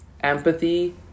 empathy